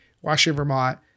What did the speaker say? Washington-Vermont